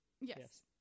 yes